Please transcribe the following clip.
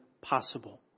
possible